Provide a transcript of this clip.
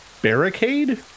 Barricade